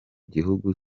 gihugu